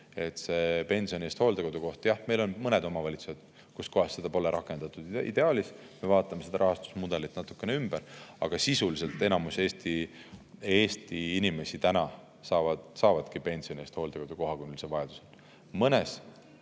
Pensioni eest hooldekodukoht – meil on mõned omavalitsused, kus seda pole rakendatud. Ideaalis me vaatame selle rahastusmudeli natuke ümber, aga sisuliselt enamus Eesti inimesi saabki täna pensioni eest hooldekodukoha, kui neil see vajadus on.